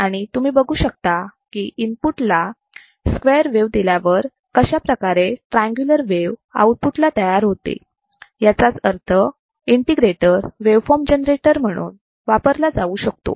आणि तुम्ही बघू शकता की इनपुटला स्क्वेअर वेव दिल्यावर कशाप्रकारे ट्रायंगुलर वेव आऊटपुटला तयार होते याचाच अर्थ इंटिग्रेटर वेवफॉर्म जनरेटर म्हणून वापरला जाऊ शकतो